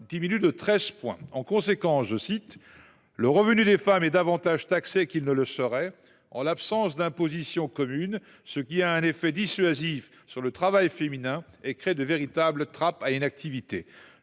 diminuer de 13 points. En conséquence, « le revenu des femmes est davantage taxé qu’il ne le serait en l’absence d’imposition commune, ce qui a un effet dissuasif sur le travail féminin et crée de véritables trappes à inactivité ».